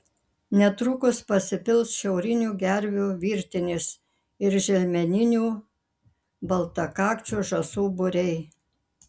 netrukus pasipils šiaurinių gervių virtinės ir želmeninių baltakakčių žąsų būriai